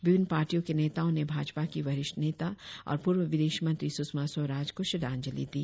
विभिन्न पार्टियों के नेताओं ने भाजपा की वरिष्ठ नेता और पूर्व विदेश मंत्री सुषमा स्वराज को श्रद्धांजलि दी